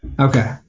Okay